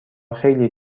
خیلی